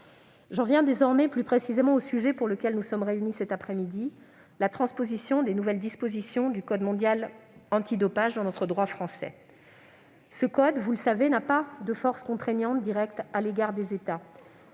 J'en viens plus précisément au sujet pour lequel nous sommes réunis cet après-midi, à savoir la transposition des nouvelles dispositions du code mondial antidopage dans notre droit français. Ce code, vous le savez, n'a pas de force contraignante directe à l'égard des États.